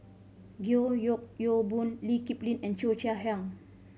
George Yeo Yong Boon Lee Kip Lin and Cheo Chai Hiang